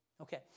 Okay